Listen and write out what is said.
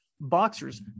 Boxers